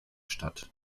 statt